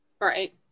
Right